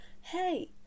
hey